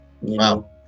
Wow